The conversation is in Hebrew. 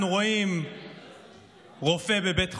אנחנו רואים רופא בבית חולים,